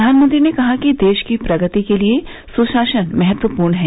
प्रधानमंत्री ने कहा कि देश की प्रगति के लिए सुशासन महत्वपूर्ण है